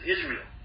Israel